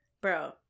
bro